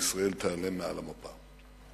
שישראל תיעלם מעל למפה.